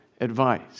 advice